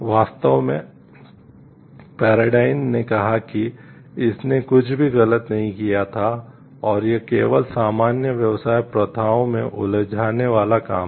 वास्तव में पैराडाइन ने कहा कि इसने कुछ भी गलत नहीं किया था और यह केवल सामान्य व्यवसाय प्रथाओं में उलझाने वाला काम था